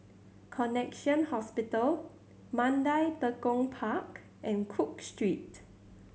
Connexion Hospital Mandai Tekong Park and Cook Street